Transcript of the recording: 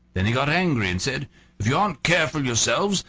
then he got angry, and said if you aren't careful yourselves,